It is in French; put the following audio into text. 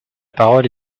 parole